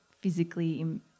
physically